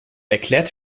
erklärt